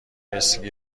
اسکی